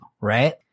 right